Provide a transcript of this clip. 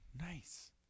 nice